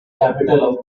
capital